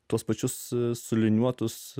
tuos pačius suliniuotus